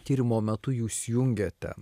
tyrimo metu jūs jungėte